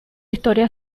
historia